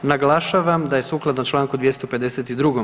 Naglašavam da je sukladno čl. 252.